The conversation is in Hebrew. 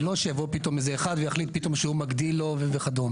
ולא שיבוא פתאום איזה אחד ויחליט פתאום שהוא מגדיל לו וכו'.